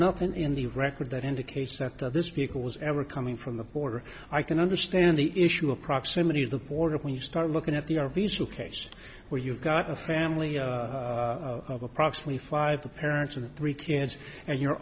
nothing in the record that indicates that this vehicle was ever coming from the border i can understand the issue of proximity to the border when you start looking at the r v case where you've got a family of approximately five the parents and three kids and you're